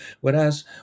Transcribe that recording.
Whereas